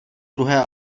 druhé